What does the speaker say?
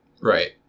Right